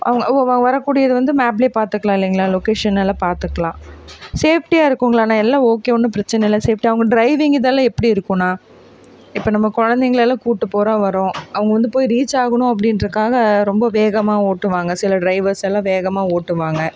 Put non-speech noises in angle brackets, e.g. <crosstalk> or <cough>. அவங்க <unintelligible> வரக்கூடியது வந்து மேப்லேயே பாத்துக்கலாம் இல்லைங்களா லொக்கேஷன் எல்லாம் பாத்துக்கலாம் சேஃப்டியாக இருக்குங்களாண்ணா எல்லாம் ஓகே ஒன்றும் பிரச்சனை இல்லை சேஃப்டியாக அவங்க டிரைவிங்கு இதெல்லாம் எப்படி இருக்குண்ணா இப்போ நம்ம குழந்தைங்களை எல்லாம் கூப்பிட்டு போகிறோம் வர்றோம் அவங்க வந்து போய் ரீச் ஆகணும் அப்டின்றதுக்காக ரொம்ப வேகமாக ஓட்டுவாங்க சில டிரைவர்ஸ் எல்லாம் வேகமாக ஓட்டுவாங்க